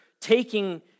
taking